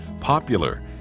popular